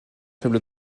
faible